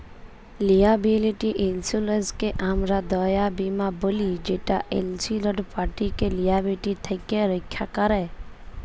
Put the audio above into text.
liability ইলসুরেলসকে আমরা দায় বীমা ব্যলি যেট ইলসিওরড পাটিকে লিয়াবিলিটি থ্যাকে রখ্যা ক্যরে